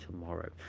tomorrow